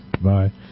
Bye